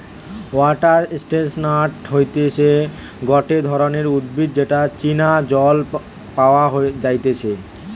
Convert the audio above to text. water chestnut হতিছে গটে ধরণের উদ্ভিদ যেটা চীনা জল পাওয়া যাইতেছে